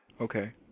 Okay